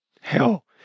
hell